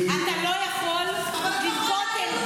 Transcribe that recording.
עם כל הכבוד, זה לא התפקיד של